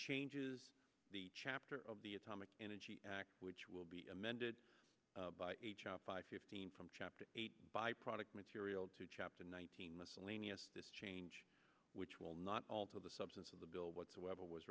changes the chapter of the atomic energy act which will be amended by h r five fifteen from chapter eight by product material to chapter nineteen miscellaneous this change which will not alter the substance of the bill whatsoever was